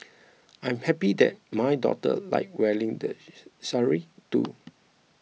I am happy that my daughter likes wearing the sari too